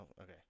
okay